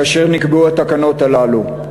כאשר נקבעו התקנות הללו.